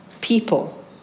people